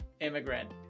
immigrant